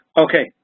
Okay